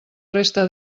resta